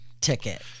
ticket